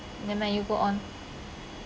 never mind you go on